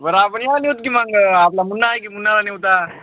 बरं आपण या ना होतं की मग आपला मुन्ना आहे की मुन्नाला नेऊ तर